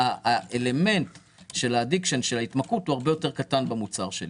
האלמנט של ההתמכרות הרבה יותר קטן במוצר שלי.